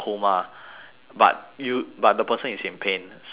but you but the person is in pain so like it's